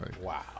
Wow